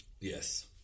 Yes